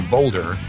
Boulder